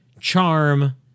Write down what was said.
charm